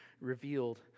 revealed